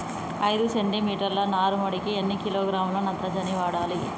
ఐదు సెంటిమీటర్ల నారుమడికి ఎన్ని కిలోగ్రాముల నత్రజని వాడాలి?